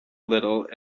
little